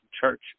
Church